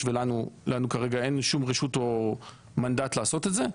ולנו כרגע אין שום רשות או מנדט לעשות את זה,